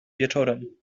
wieczorem